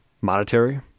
monetary